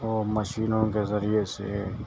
اور مشینوں کے ذریعے سے